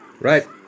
Right